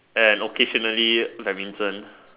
and occasionally badminton